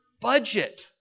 budget